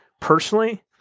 personally